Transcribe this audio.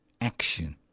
action